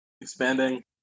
expanding